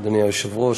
אדוני היושב-ראש,